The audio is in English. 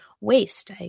waste